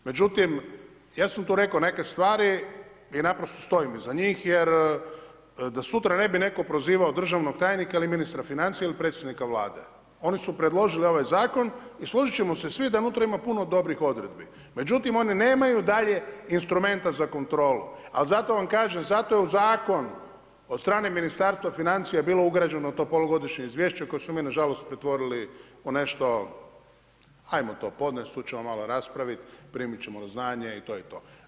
Međutim, ja sam tu rekao neke stvari i naprosto stojim iza njih jer da sutra ne bi netko prozivao državnog tajnika ili ministra financija ili predsjednika Vlade, oni su predložili ovaj zakon i složit ćemo se svi da unutra ima puno dobrih odredbi međutim one nemaju dalje instrumenta za kontrolu ali za to vam kažem, zato je u zakonu od strane Ministarstva financija bilo ugrađeno to polugodišnje izvješće koje smo mi nažalost pretvorili u nešto ajmo to podnest, tu ćemo malo raspraviti, primit ćemo na znanje i to je to.